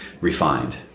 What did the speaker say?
refined